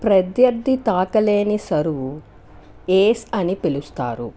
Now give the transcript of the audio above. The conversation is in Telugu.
ప్రత్యర్థి తాకలేని సరువు ఏస్ అని పిలుస్తారు